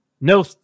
no